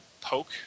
poke